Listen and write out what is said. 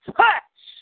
touch